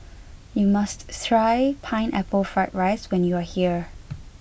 you must try pineapple fried rice when you are here